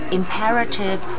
imperative